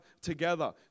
together